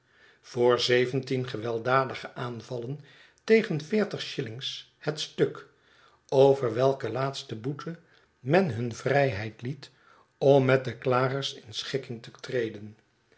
voor zeventien gewelddadige aanvallen tegen veertig shillings het stuk over welke laatste boete men hun vrijheid liet om met de klagers in schikking te treden